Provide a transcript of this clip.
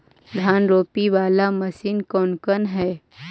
धान रोपी बाला मशिन कौन कौन है?